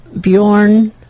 Bjorn